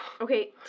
Okay